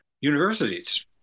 universities